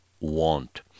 want